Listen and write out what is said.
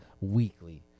weekly